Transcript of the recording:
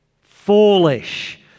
foolish